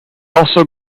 also